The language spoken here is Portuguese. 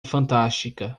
fantástica